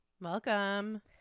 Welcome